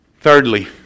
Thirdly